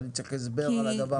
אני צריך הסבר על הדבר הזה.